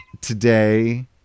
Today